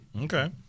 Okay